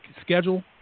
schedule